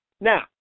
Now